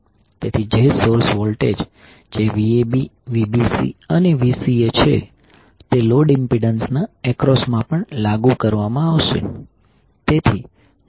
તેથી જે source voltage જે Vab Vbc અને Vca છે તે લોડ ઇમ્પિડન્સના એક્રોસમા પણ લાગુ કરવામાં આવશે